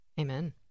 Amen